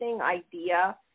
idea